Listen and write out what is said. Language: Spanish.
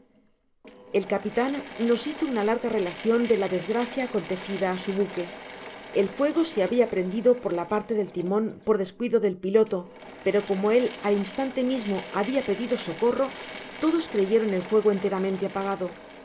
el capitan nos hizo una larga relacion de la desgracia acontecida á su buque el fuego se habia prendido por la parte del timon por descuido del piloto pero orno él al instante mismo habia pedido socorro todos creyeron el fuego enteramente apagado